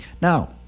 Now